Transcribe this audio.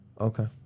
Okay